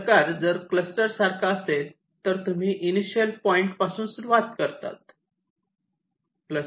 हा प्रकार जर क्लस्टर सारखा असेल तर तुम्ही इनिशियल पॉईंट पासून सुरुवात करतात